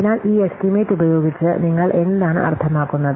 അതിനാൽ ഈ എസ്റ്റിമേറ്റ് ഉപയോഗിച്ച് നിങ്ങൾ എന്താണ് അർത്ഥമാക്കുന്നത്